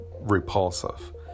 repulsive